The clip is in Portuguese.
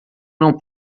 não